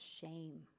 shame